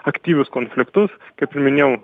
aktyvius konfliktus kaip ir minėjau